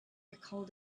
recalled